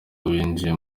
winjiye